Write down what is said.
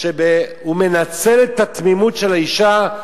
שהוא מנצל את התמימות של האשה,